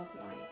light